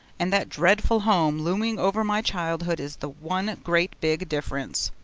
and that dreadful home looming over my childhood is the one great big difference.